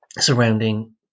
surrounding